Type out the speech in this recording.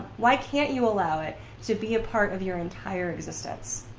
why can't you allow it to be a part of your entire existence.